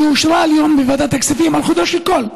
שאושרה היום בוועדת הכספים על חודו של קול,